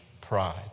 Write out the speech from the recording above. pride